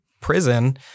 prison